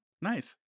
Nice